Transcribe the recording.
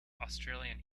australian